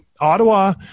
Ottawa